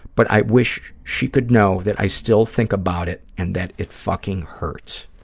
but i wish she could know that i still think about it and that it fucking hurts.